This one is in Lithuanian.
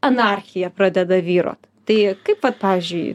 anarchija pradeda vyrot tai kaip vat pavyzdžiui